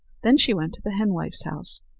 then she went to the henwife's house.